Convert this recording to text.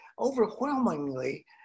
overwhelmingly